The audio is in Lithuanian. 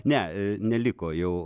ne neliko jau